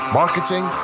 marketing